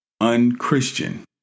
unchristian